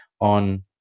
on